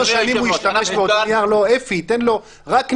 10 שנים הוא --- ואפי ייתן לו רק נייר,